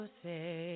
say